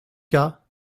cas